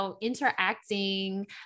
interacting